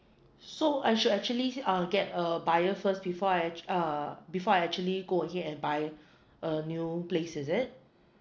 so I should actually uh get a buyer first before I uh before I actually go ahead and buy a new place is it